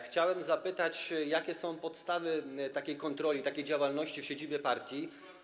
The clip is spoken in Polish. Chciałem zapytać: Jakie są podstawy takiej kontroli, takiej działalności w siedzibie partii.